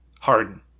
Harden